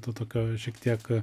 to tokio šiek tiek